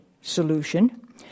solution